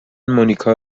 مونیکا